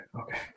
Okay